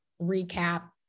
recap